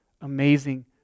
amazing